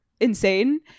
insane